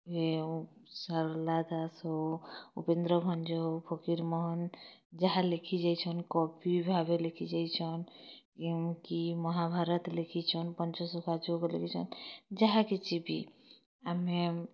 ଇ ସାରଲା ଦାସ୍ ହୋଉ ଉପେନ୍ଦ୍ର ଭଞ୍ଜ ହୋଉ ଫକୀର ମୋହନ ଯାହା ଲେଖିଯାଇଛନ୍ କବି ଭାବେ ଲେଖି ଯାଇଛନ୍ କେ ମହାଭାରତ ଲେଖିଛନ୍ ପଞ୍ଚଶଖା ଯୋଉ ବୋଲିକି ଲେଖିଚନ୍ ଯାହା କିଛି ବି ଆମେ